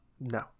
No